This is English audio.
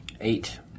Eight